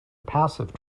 passive